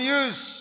use